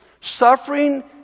suffering